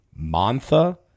Montha